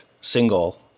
single